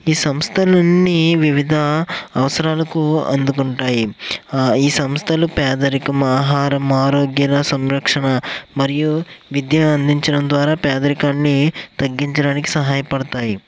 ఈ సంస్థలన్నీ వివిధ అవసరాలకు ఆదుకుంటాయి ఈ సంస్థలు పేదరికం ఆహారం ఆరోగ్య సంరక్షణ మరియు విద్యను అందించడం ద్వారా పేదరికాన్ని తగ్గించడానికి సహాయపడతాయి